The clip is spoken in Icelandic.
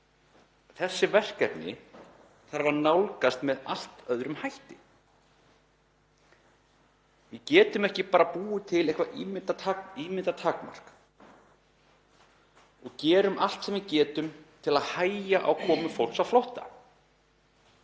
Þessi verkefni þarf að nálgast með allt öðrum hætti. Við getum ekki bara búið til eitthvert ímyndað takmark og gert allt sem við getum til að hægja á komu fólks á flótta.